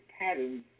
patterns